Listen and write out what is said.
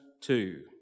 two